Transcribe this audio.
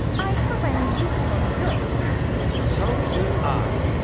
i hope i may use it for her good so do i.